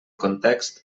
context